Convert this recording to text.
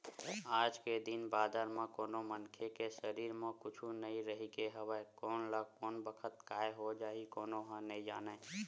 आज के दिन बादर म कोनो मनखे के सरीर म कुछु नइ रहिगे हवय कोन ल कोन बखत काय हो जाही कोनो ह नइ जानय